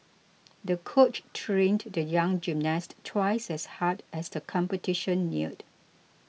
the coach trained the young gymnast twice as hard as the competition neared